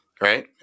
right